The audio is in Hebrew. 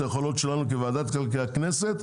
את היכולות שלנו כוועדת הכלכלה של הכנסת,